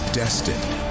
destined